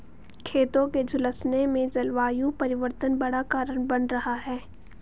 खेतों के झुलसने में जलवायु परिवर्तन बड़ा कारण बन रहा है